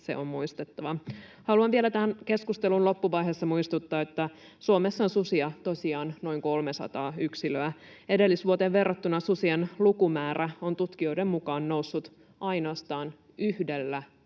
se on muistettava. Haluan vielä tämän keskustelun loppuvaiheessa muistuttaa, että Suomessa on susia tosiaan noin 300 yksilöä. Edellisvuoteen verrattuna susien lukumäärä on tutkijoiden mukaan noussut ainoastaan yhdellä